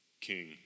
king